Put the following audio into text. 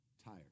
tired